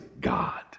God